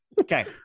okay